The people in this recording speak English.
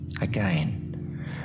again